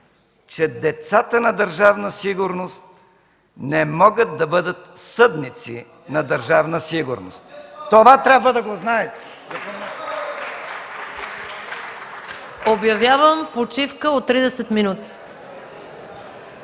че децата на Държавна сигурност не могат да бъдат съдници на Държавна сигурност. Това трябва да го знаете! (Реплики и възгласи